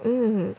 um